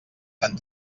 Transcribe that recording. tan